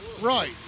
Right